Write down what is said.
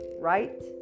right